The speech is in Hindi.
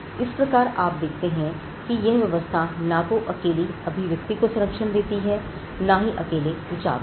इस प्रकार आप देखते हैं कि यह व्यवस्था ना तो अकेली अभिव्यक्ति को संरक्षण देती है और ना अकेले विचारों को